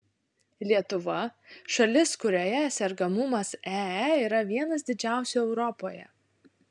lietuva šalis kurioje sergamumas ee yra vienas didžiausių europoje